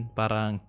parang